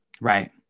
Right